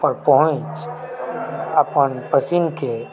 पर पहुँच अपन पसिनके